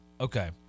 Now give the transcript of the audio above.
Okay